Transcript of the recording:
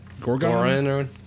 Gorgon